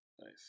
Nice